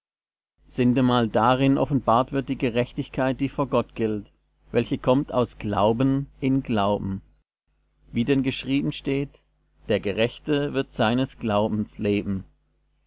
sintemal darin offenbart wird die gerechtigkeit die vor gott gilt welche kommt aus glauben in glauben wie denn geschrieben steht der gerechte wird seines glaubens leben